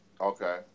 Okay